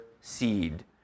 seed